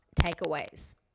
takeaways